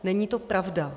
Není to pravda.